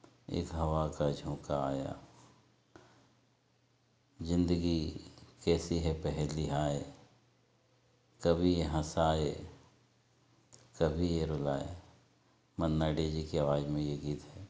एक हवा का झोंका आया ज़िन्दगी कैसी है पहेली हाय कभी ये हँसाए कभी ये रुलाए मन्ना डे जी की आवाज़ में ये गीत है